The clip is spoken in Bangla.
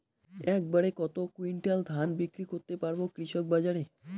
এক বাড়ে কত কুইন্টাল ধান বিক্রি করতে পারবো কৃষক বাজারে?